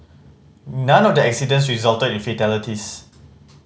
none of the accidents resulted in fatalities